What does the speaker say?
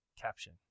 Caption